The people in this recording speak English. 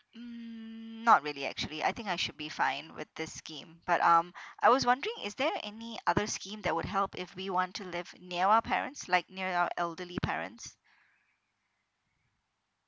mm not really actually I think I should be fine with this scheme but um I was wondering is there any other scheme that would help if we want to live near our parents like near our elderly parents